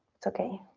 it's okay.